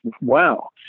wow